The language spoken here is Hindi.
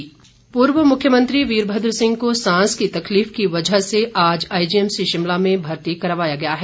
वीरभद्र सिंह पूर्व मुख्यमंत्री वीरभद्र सिंह को सांस में तकलीफ की वजह से आज आईजीएमसी शिमला में भर्ती करवाया गया है